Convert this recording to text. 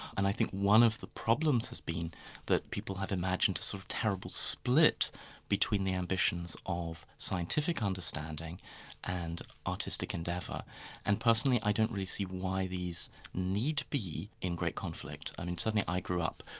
and i think one of the problems has been that people have imagined a sort of terrible split between the ambitions of scientific understanding and artistic endeavour and personally, i don't really see why these need be in great conflict. i mean, certainly i grew up,